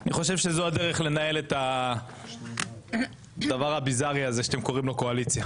אני חושב שזו הדרך לנהל את הדבר הביזארי הזה שאתם קוראים לו קואליציה.